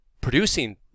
producing